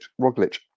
Roglic